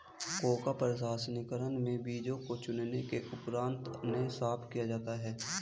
cocoa प्रसंस्करण में बीजों को चुनने के उपरांत उन्हें साफ किया जाता है